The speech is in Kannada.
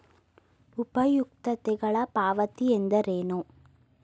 ಉಪಯುಕ್ತತೆಗಳ ಪಾವತಿ ಎಂದರೇನು?